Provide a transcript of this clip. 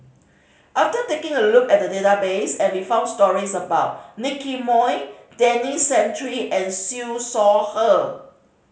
after taking a look at the database I we found stories about Nicky Moey Denis Santry and Siew Shaw Her